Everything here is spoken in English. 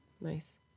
Nice